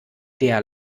der